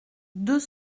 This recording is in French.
deux